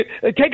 Take